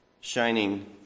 shining